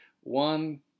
one